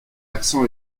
accent